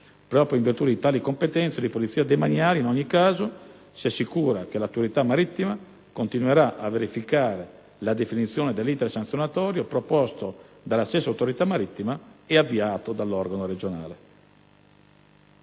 Proprio in virtù di tali competenze di polizia demaniale, in ogni caso, si assicura che l'autorità marittima continuerà a verificare la definizione dell'*iter* sanzionatorio proposto dalla stessa autorità marittima e avviato dall'organo regionale.